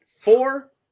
four